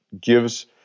gives